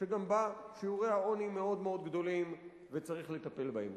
שגם בה שיעורי העוני מאוד גדולים וצריך לטפל בהם.